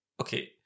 Okay